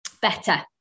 better